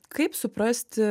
kaip suprasti